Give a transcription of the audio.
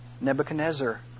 Nebuchadnezzar